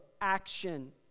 action